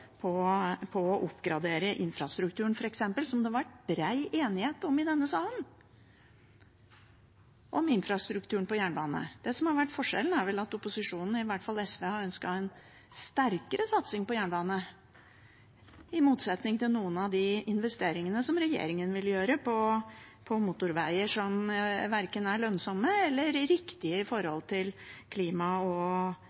på å oppgradere infrastrukturen f.eks., som det har vært bred enighet om i denne salen når det gjelder infrastrukturen på jernbane. Forskjellen er at opposisjonen, i hvert fall SV, har ønsket en sterkere satsing på jernbane – i motsetning til noen av de investeringene som regjeringen vil gjøre på motorveier, som verken er lønnsomt eller riktig i forhold